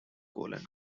colon